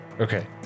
Okay